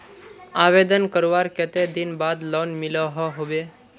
आवेदन करवार कते दिन बाद लोन मिलोहो होबे?